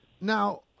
now